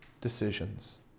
decisions